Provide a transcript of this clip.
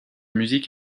musiques